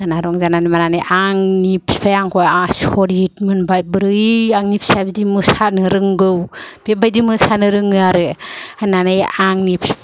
रंजानानै मानानै आंनि बिफाया आंखौहाय आसरिथ मोनबाय बोरै आंनि फिसाया बिदि मोसानो रोंगौ बेबादि मोसानो रोङो आरो होननानै आंनि